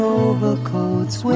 overcoats